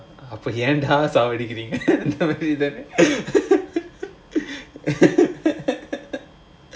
uh எப்போ ஏன்டா சாவடிக்குறீங்க:eppo yaendaa saavadikkureenga exactly ஏன் இந்த பேச்ச இப்போ எடுக்குறீங்கே:yaen indha pecha ippo edukkureenga